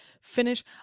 finish